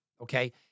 okay